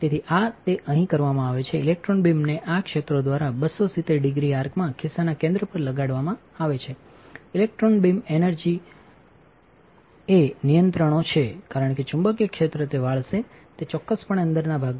તેથી આ તે અહીં કરવામાં આવે છે ઇલેકટ્રોન બીમને આ ક્ષેત્રો દ્વારા 270 ડિગ્રી આર્કમાં ખિસ્સાના કેન્દ્ર પર લગાડવામાં આવે છે ઇલેક્ટ્રોન બીમ energyર્જા એ નિયંત્રણો છે કારણ કે ચુંબકીય ક્ષેત્ર તે વાળશે તે ચોક્કસપણે અંદરના ભાગમાં છે